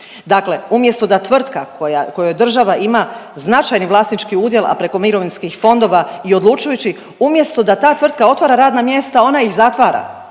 Dakle, umjesto da tvrtka u kojoj država ima značajni vlasnički udjel, a preko mirovinskih fondova i odlučujući umjesto da ta tvrtka otvara radna mjesta ona iz zatvara.